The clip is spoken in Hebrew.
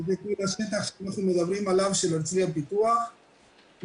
זה בדיוק השטח שאנחנו מדברים עליו של הרצליה פיתוח ולאחר